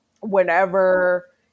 whenever